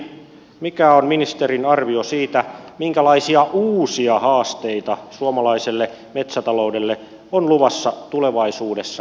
mikä on ministerin arvio siitä minkälaisia uusia haasteita suomalaiselle metsätaloudelle on luvassa tulevaisuudessa kansainvälisellä kentällä